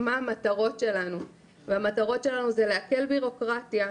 מה המטרות שלנו והמטרות שלנו זה להקל בירוקרטיה,